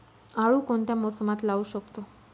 आळू कोणत्या मोसमात लावू शकतो?